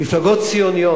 מפלגות ציוניות,